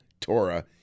Torah